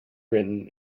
written